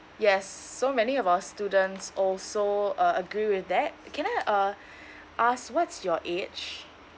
yes so many of our students also uh agree with that can I uh ask what's your age